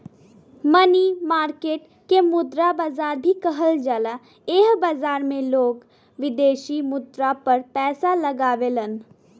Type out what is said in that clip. मनी market के मुद्रा बाजार भी कहल जाला एह बाजार में लोग विदेशी मुद्रा पर पैसा लगावेलन